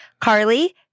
Carly